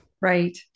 Right